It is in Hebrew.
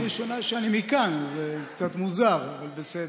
פעם ראשונה שאני מכאן, אז זה קצת מוזר, אבל בסדר.